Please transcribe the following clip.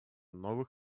новых